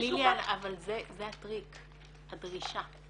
ליליאן, אבל זה הטריק, הדרישה.